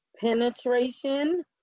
penetration